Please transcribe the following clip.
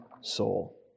soul